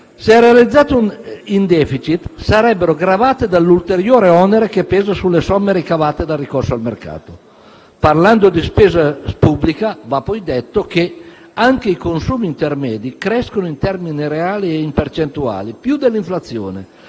Se realizzate in *deficit*, tali somme sarebbero poi gravate dall'ulteriore onere che pesa sulle somme ricavate dal ricorso al mercato. Parlando di spesa pubblica, va poi detto che anche i consumi intermedi crescono in termini reali e in percentuale più dell'inflazione,